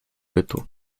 bytu